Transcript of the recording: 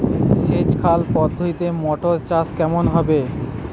সেচ খাল পদ্ধতিতে মটর চাষ কেমন হবে?